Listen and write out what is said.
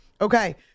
Okay